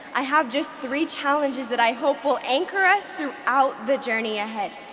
i have just three challenges that i hope will anchor us throughout the journey ahead.